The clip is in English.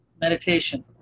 Meditation